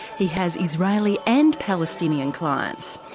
he has israeli and palestinian clients.